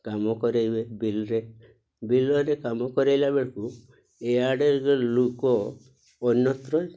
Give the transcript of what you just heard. କାମ କରାଇବେ ବିଲରେ ବିଲରେ କାମ କରାଇଲା ବେଳକୁ ଇଆଡ଼େ ଲୋକ ଅନ୍ୟତ୍ର